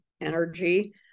energy